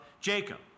Jacob